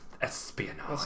Espionage